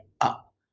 up